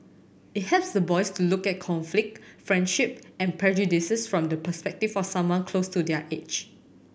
it helps the boys to look at conflict friendship and prejudices from the perspective for someone close to their age